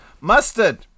Mustard